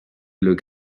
look